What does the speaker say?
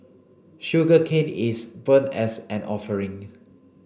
sugarcane is burnt as an offering